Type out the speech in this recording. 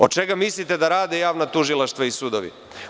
Od čega mislite da rade javna tužilaštva i sudovi?